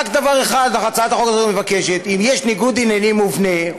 רק דבר אחד הצעת החוק הזאת מבקשת: אם יש ניגוד עניינים מובנה,